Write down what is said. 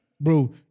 bro